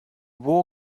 war